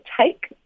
take